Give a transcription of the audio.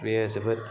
बेयो जोबोद